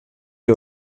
ihr